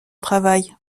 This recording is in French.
travail